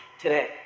today